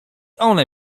one